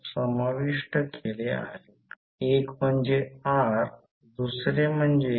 तर आता या प्रकरणात v2 मध्ये भरा येथे N2 माहित आहे आणि इंटिग्रेट करावे लागेल